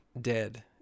dead